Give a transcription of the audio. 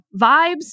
vibes